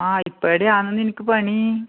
ആരിപ്പേടെയാണ് നിനക്ക് പണി